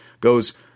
goes